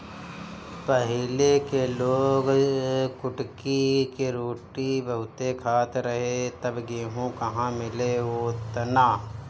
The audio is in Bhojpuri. पहिले के लोग कुटकी के रोटी बहुते खात रहे तब गेहूं कहां मिले ओतना